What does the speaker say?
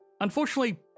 Unfortunately